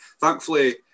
Thankfully